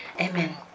Amen